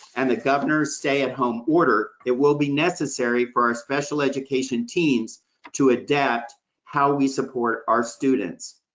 and the governor's stay at home order, it will be necessary for our special education teams to adapt how we support our students.